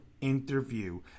interview